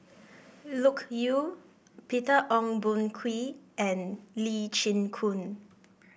Loke Yew Peter Ong Boon Kwee and Lee Chin Koon